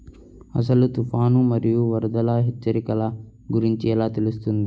అసలు తుఫాను మరియు వరదల హెచ్చరికల గురించి ఎలా తెలుస్తుంది?